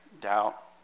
doubt